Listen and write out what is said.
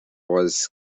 was